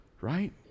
right